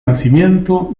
nacimiento